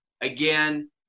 again